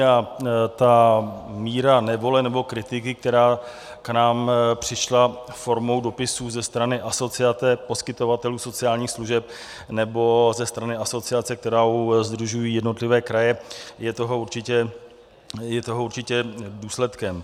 A ta míra nevole nebo kritiky, která k nám přišla formou dopisů ze strany Asociace poskytovatelů sociálních služeb nebo ze strany asociace, která sdružuje jednotlivé kraje, je toho určitě důsledkem.